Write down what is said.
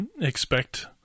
expect